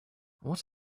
what